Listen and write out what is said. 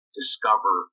discover